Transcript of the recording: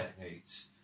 techniques